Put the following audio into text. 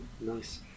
Nice